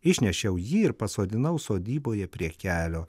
išnešiau jį ir pasodinau sodyboje prie kelio